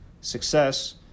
success